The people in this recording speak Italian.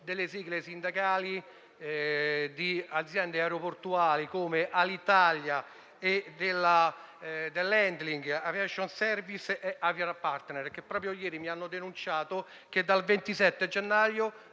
delle sigle sindacali di aziende aeroportuali come Alitalia e delle *handling* Aviation Services e Aviapartner che proprio ieri mi hanno denunciato che dal 27 gennaio